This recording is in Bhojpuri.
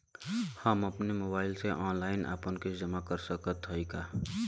हम अपने मोबाइल से ऑनलाइन आपन किस्त जमा कर सकत हई का?